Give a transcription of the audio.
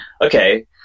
okay